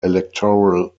electoral